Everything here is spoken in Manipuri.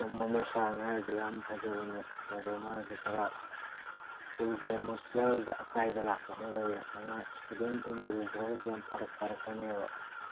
ꯆꯨꯝꯃꯃꯤ ꯁꯥꯔꯅ ꯍꯥꯏꯗꯣ ꯌꯥꯝ ꯐꯖꯕꯅꯦ ꯃꯗꯣ ꯃꯥꯁꯤ ꯈꯔ ꯁ꯭ꯀꯨꯜꯒꯤ ꯑꯦꯠꯃꯣꯁꯐꯤꯌꯔꯗ ꯑꯀꯥꯏꯕ ꯂꯥꯛꯀꯅꯦꯕ ꯍꯌꯦꯡ ꯑꯉꯥꯡ ꯏꯁꯇꯨꯗꯦꯟꯁꯤꯡꯅ ꯎꯈ꯭ꯔꯒꯁꯨ ꯌꯥꯝ ꯐꯔꯛ ꯇꯥꯔꯛꯀꯅꯦꯕ